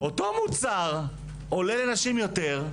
אותו מוצר עולה לנשים יותר,